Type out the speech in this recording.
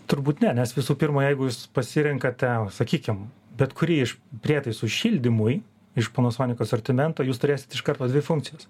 turbūt ne nes visų pirma jeigu jūs pasirenkate sakykim bet kurį iš prietaisų šildymui iš panasonic asortimento jūs turėsit iš karto dvi funkcijas